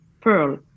pearl